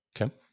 Okay